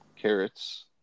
carrots